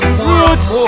Roots